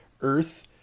earth